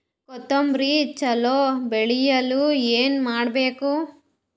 ಕೊತೊಂಬ್ರಿ ಚಲೋ ಬೆಳೆಯಲು ಏನ್ ಮಾಡ್ಬೇಕು?